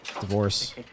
Divorce